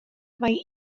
mae